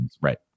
right